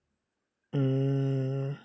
mm